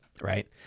right